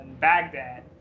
baghdad